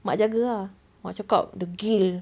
mak jaga lah mak cakap degil